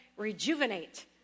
Rejuvenate